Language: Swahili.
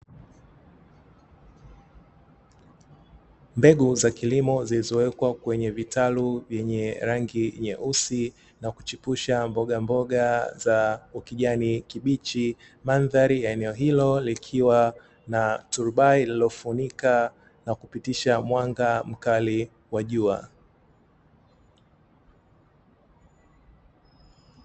Mbegu za kilimo zilizowekwa kwenye vitalu vyenye rangi nyeusi na kuchipusha mboga mboga za ukijani kibichi, mandhari ya eneo hilo likiwa na turubai lililofunika na kupitisha mwanga mkali wa jua.